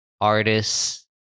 artists